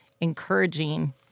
encouraging